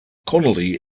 connolly